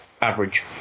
average